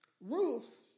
Ruth